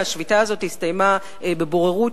השביתה הזאת הסתיימה בבוררות,